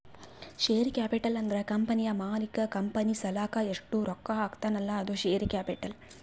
share capital ಅಂದುರ್ ಕಂಪನಿದು ಮಾಲೀಕ್ ಕಂಪನಿ ಸಲಾಕ್ ಎಸ್ಟ್ ರೊಕ್ಕಾ ಹಾಕ್ತಾನ್ ಅಲ್ಲಾ ಅದು ಶೇರ್ ಕ್ಯಾಪಿಟಲ್